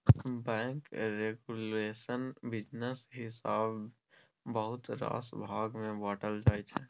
bank regulation business हिसाबेँ बहुत रास भाग मे बाँटल जाइ छै